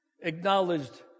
acknowledged